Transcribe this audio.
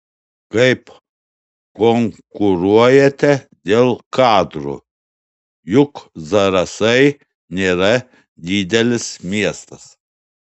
kaip konkuruojate dėl kadro juk zarasai nėra didelis miestas